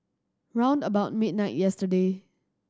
round about midnight yesterday